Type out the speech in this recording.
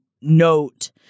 note